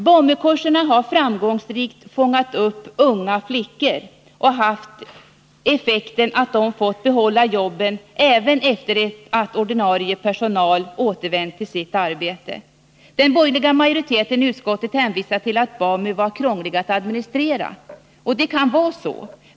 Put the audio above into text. BAMU-kurserna har framgångsrikt fångat upp unga flickor och ofta haft effekten att de har fått behålla jobbet även sedan ordinarie personal återvänt till sitt arbete. Den borgerliga majoriteten i utskottet hänvisar till att BAMU var krånglig att administrera. Det kan så vara.